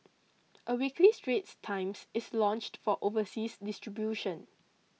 a weekly Straits Times is launched for overseas distribution